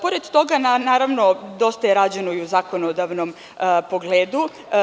Pored toga, naravno, dosta je rađeno i u zakonodavnom pogledu.